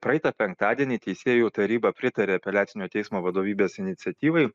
praeitą penktadienį teisėjų taryba pritarė apeliacinio teismo vadovybės iniciatyvai